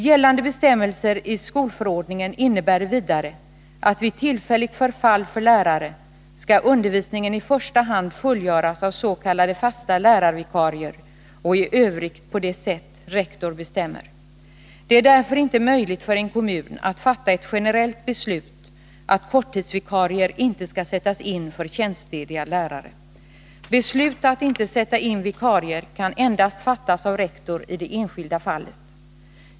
Gällande bestämmelser i skolförordningen innebär vidare att vid tillfälligt förfall för lärare skall undervisningen i första hand fullgöras av s.k. fasta lärarvikarier och i övrigt på det sätt rektor bestämmer. Det är därför inte möjligt för en kommun att fatta ett generellt beslut att korttidsvikarier inte skall sättas in för tjänstlediga lärare. Beslut att inte sätta in vikarier kan endast fattas av rektor i det enskilda fallet.